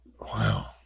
wow